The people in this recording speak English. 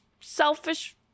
selfish